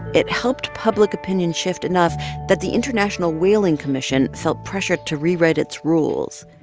it helped public opinion shift enough that the international whaling commission felt pressured to rewrite its rules.